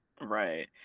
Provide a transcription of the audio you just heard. right